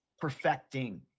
perfecting